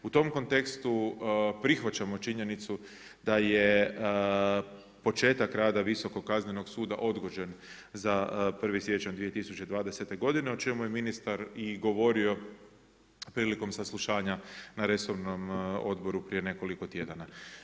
U tom kontekstu prihvaćamo činjenicu da je početak rada Visokog kaznenog suda odgođen za 1. siječnja 2020. godine o čemu je ministar i govorio prilikom saslušanja na resornom odboru prije nekoliko tjedana.